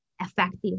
effective